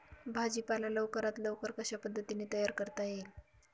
भाजी पाला लवकरात लवकर कशा पद्धतीने तयार करता येईल?